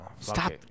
Stop